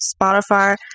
Spotify